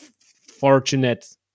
fortunate